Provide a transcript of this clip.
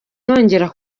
nongera